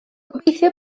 gobeithio